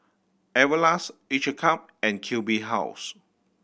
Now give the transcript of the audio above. Everlast Each a Cup and Q B House